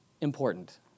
important